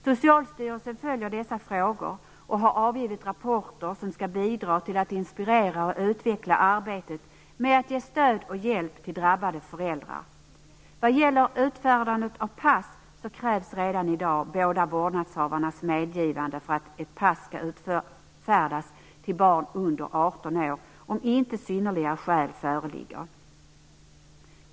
Socialstyrelsen följer dessa frågor och har avgivit rapporter som skall bidra till att inspirera och utveckla arbetet med att ge stöd och hjälp till drabbade föräldrar. Jag vill också säga något om utfärdandet av pass. Det krävs redan i dag båda vårdnadshavarnas medgivande för att ett pass skall utfärdas till barn under 18 år om inte synnerliga skäl föreligger.